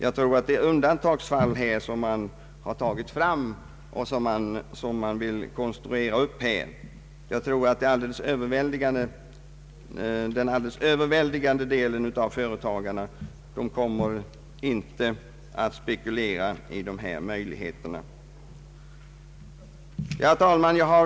Man har alltså dragit fram undantagsfall för att konstruera svårigheter. Den övervägande delen av företagarna kommer inte att spekulera i sådana möjligheter. Herr talman!